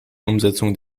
umsetzung